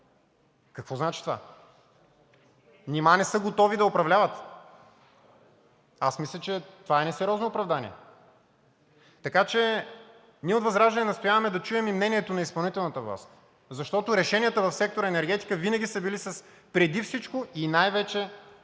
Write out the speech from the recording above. Какво значи това? Нима не са готови да управляват? Аз мисля, че това е несериозно оправдание. Така че ние от ВЪЗРАЖДАНЕ настояваме да чуем и мнението на изпълнителната власт, защото решенията в сектор „Енергетика“ винаги са били, преди всичко и най-вече,